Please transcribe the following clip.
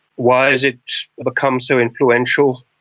why has it become so influential?